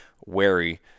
wary